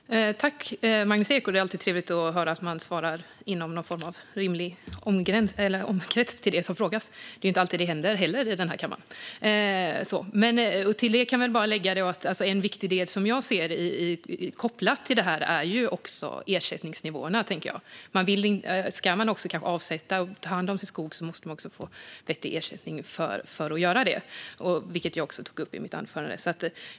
Fru talman! Jag tackar Magnus Ek - det är alltid trevligt att höra att man svarar inom någon form av rimlig omkrets till det som frågas. Det är inte alltid det händer i den här kammaren. Jag kan tillägga att ersättningsnivåerna är en viktig del. Ska man göra avsättningar och ta hand om sin skog måste man få vettig ersättning för det, vilket jag också tog upp i mitt huvudanförande.